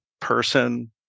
person